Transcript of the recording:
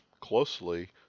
closely